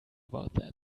about